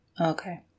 Okay